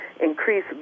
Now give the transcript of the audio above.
increase